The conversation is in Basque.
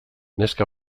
neska